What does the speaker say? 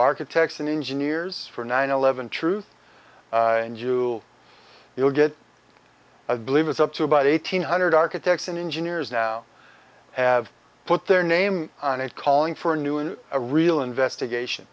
architects and engineers for nine eleven truth and you you'll get i believe it's up to about eight hundred architects and engineers now have put their name on it calling for a new and a real investigation